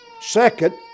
Second